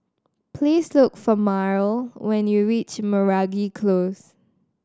please look for Myrle when you reach Meragi Close